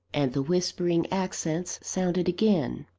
and the whispering accents sounded again.